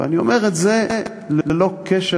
ואני אומר את זה ללא קשר,